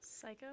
Psycho